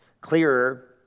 clearer